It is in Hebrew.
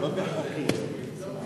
בוא נעבור אלקטרונית לפי בקשת הפרוטוקול.